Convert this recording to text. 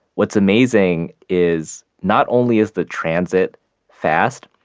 what's amazing is not only is the transit fast,